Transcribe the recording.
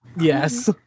Yes